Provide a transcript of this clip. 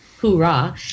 Hoorah